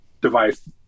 device